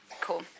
cool